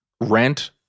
rent